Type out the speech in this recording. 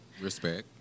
Respect